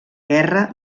guerra